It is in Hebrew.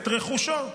של רכושו.